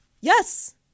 Yes